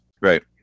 right